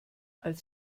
als